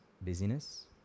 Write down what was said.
busyness